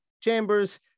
Chambers